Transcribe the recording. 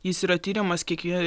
jis yra tiriamas kiekvie